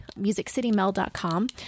musiccitymel.com